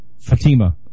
Fatima